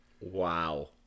Wow